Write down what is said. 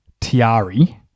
tiari